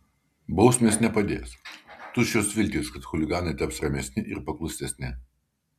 bausmės nepadės tuščios viltys kad chuliganai taps ramesni ir paklusnesni